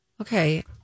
Okay